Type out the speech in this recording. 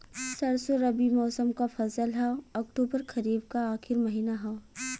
सरसो रबी मौसम क फसल हव अक्टूबर खरीफ क आखिर महीना हव